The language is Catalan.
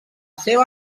seva